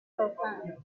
profound